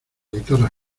guitarra